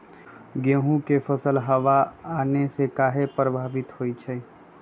गेंहू के फसल हव आने से काहे पभवित होई छई?